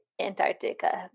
Antarctica